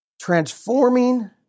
transforming